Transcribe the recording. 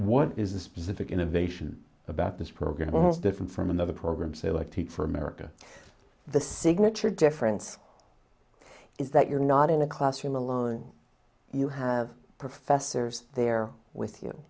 what is the specific innovation about this program is different from another program say like teach for america the signature difference is that you're not in a classroom alone you have professors there with you